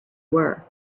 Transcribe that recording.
were